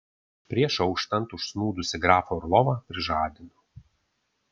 prieš auštant užsnūdusį grafą orlovą prižadino